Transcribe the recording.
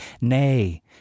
nay